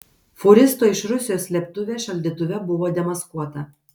fūristo iš rusijos slėptuvė šaldytuve buvo demaskuota